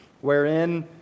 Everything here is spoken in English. wherein